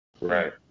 Right